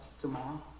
Tomorrow